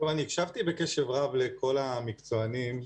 אני הקשבתי בקשב רב לכל המקצוענים,